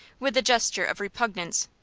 with a gesture of repugnance,